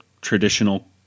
traditional